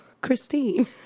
Christine